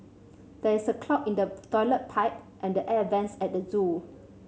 there is a clog in the toilet pipe and the air vents at the zoo